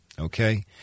Okay